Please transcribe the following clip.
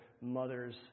mothers